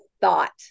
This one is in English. thought